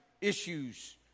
issues